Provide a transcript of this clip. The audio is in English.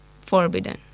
forbidden